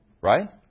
right